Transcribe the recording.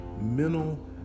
Mental